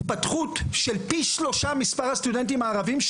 התפתחות של פי שלושה מספר הסטודנטים הערבים,